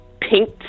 pink